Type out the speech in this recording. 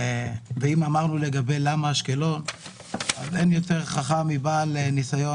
אם אמרנו לגבי למה אשקלון אז אין חכם מבעל ניסיון.